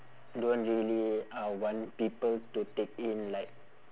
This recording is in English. don't really uh want people to take in like